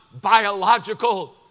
biological